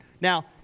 Now